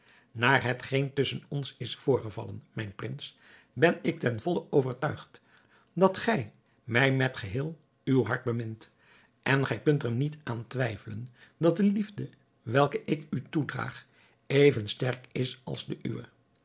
naar hetgeen tusschen ons is voorgevallen mijn prins ben ik ten volle overtuigd dat gij mij met geheel uw hart bemint en gij kunt er niet aan twijfelen dat de liefde welke ik u toedraag even sterk is als de uwe